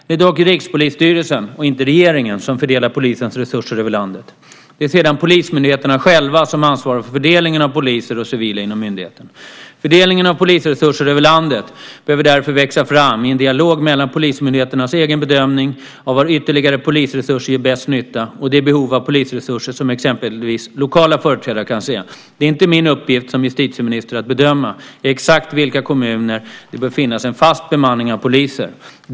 Det är dock Rikspolisstyrelsen och inte regeringen som fördelar polisens resurser över landet. Det är sedan polismyndigheterna själva som ansvarar för fördelningen av poliser och civila inom myndigheten. Fördelningen av polisresurser över landet behöver därför växa fram i en dialog mellan polismyndigheternas egen bedömning av var ytterligare polisresurser gör bäst nytta och de behov av polisresurser som exempelvis lokala företrädare kan se. Det är inte min uppgift som justitieminister att bedöma i exakt vilka kommuner det bör finnas en fast bemanning av poliser.